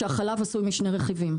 עשוי משני רכיבים,